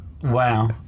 Wow